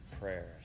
prayers